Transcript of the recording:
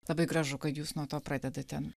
labai gražu kad jūs nuo to pradedate